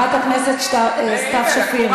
חברת הכנסת סתיו שפיר,